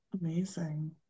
Amazing